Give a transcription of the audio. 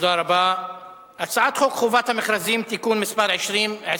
ברשות יושב-ראש הישיבה, אני מתכבד להודיע,